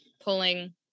pulling